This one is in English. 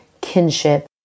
kinship